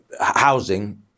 housing